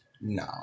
No